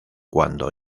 cuando